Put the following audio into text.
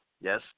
yes